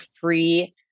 free